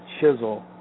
chisel